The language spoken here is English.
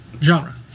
Genre